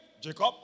Jacob